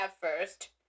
first